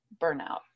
burnout